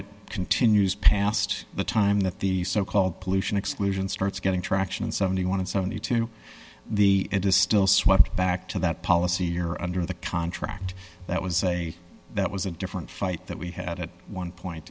it continues past the time that the so called pollution exclusion starts getting traction in seventy one and seventy two the it is still swept back to that policy or under the contract that was a that was a different fight that we had at one point